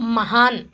महान्